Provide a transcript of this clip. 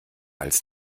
als